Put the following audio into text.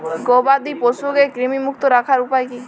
গবাদি পশুকে কৃমিমুক্ত রাখার উপায় কী?